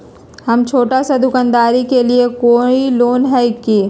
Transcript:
हम छोटा सा दुकानदारी के लिए कोई लोन है कि?